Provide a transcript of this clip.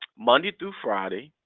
monday through friday,